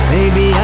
Baby